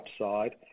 upside